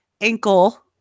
ankle